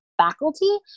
faculty